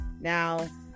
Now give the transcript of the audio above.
Now